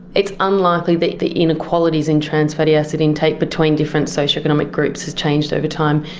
it's unlikely that the inequalities in trans-fatty acid intake between different socioeconomic groups has changed over time.